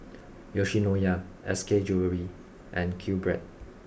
Yoshinoya S K Jewellery and Q Bread